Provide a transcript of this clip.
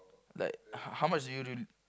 like h~ how much do you